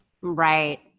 Right